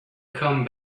come